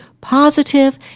positive